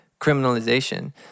criminalization